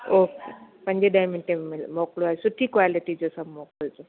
okay पंजे ॾहें मिन्टे में मिल मोकिलो ऐं सुठी क्वालिटी जो सभु मोकिलिजो